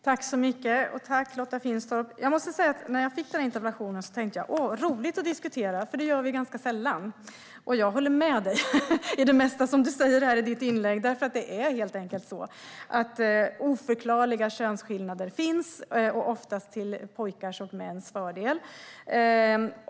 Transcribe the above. Fru ålderspresident! Tack, Lotta Finstorp! När jag fick interpellationen tänkte jag: Vad roligt att få diskutera det här! För det gör vi ganska sällan. Och jag håller med dig om det mesta du säger i ditt inlägg. Det finns oförklarliga könsskillnader, oftast till pojkars och mäns fördel.